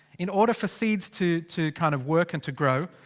in order for seeds to to kind of work and to grow.